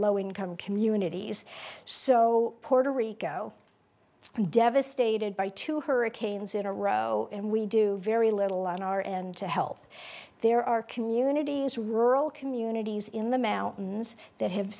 low income communities so puerto rico devastated by two hurricanes in a row and we do very little on our and to help there are communities rural communities in the mountains that have